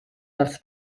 dels